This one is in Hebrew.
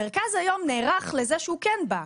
מרכז היום נערך לזה שהוא כן בא.